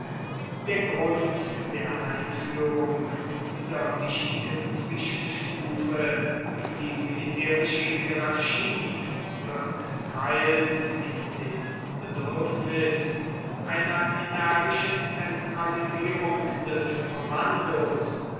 der grund der einführung dieser wichtigen zwischenstufe in die militärische hierarchie wird teils in dem bedürfnis einer energischen zentralisierung des kommandos